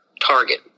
target